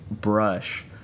brush